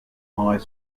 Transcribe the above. high